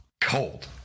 cold